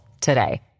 today